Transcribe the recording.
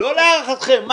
לא להערכתכם.